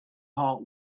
heart